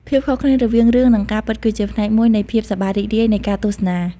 ភាពខុសគ្នារវាងរឿងនិងការពិតគឺជាផ្នែកមួយនៃភាពសប្បាយរីករាយនៃការទស្សនា។